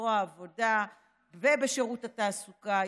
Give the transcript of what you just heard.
בזרוע העבודה ובשירות התעסוקה,